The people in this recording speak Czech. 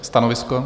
Stanovisko?